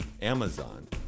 Amazon